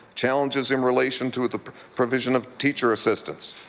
challenges in relation to the provision of teacher assistants,